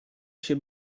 się